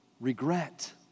regret